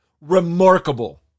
Remarkable